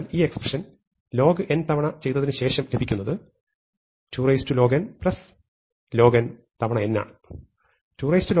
അതിനാൽ ഈ expression log തവണ ചെയ്തതിനുശേഷം ലഭിക്കുന്നത് 2loglog തവണ n ആണ്